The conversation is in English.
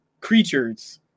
creatures